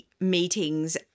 meetings